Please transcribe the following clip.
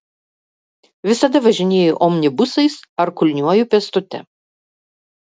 visada važinėju omnibusais ar kulniuoju pėstute